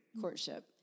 courtship